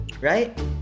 right